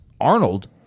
Arnold